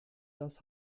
das